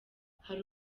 hari